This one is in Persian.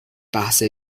بحث